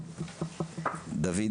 דוד